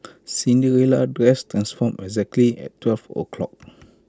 Cinderella's dress transformed exactly at twelve o' clock